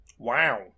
Wow